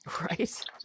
Right